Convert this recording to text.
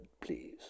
please